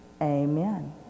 Amen